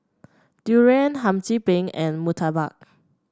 durian Hum Chim Peng and murtabak